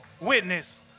witness